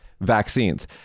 vaccines